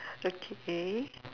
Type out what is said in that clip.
okay